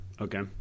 Okay